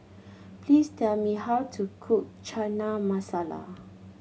please tell me how to cook Chana Masala